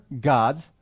God's